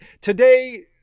today